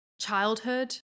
childhood